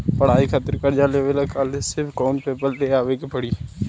पढ़ाई खातिर कर्जा लेवे ला कॉलेज से कौन पेपर ले आवे के पड़ी?